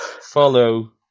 follow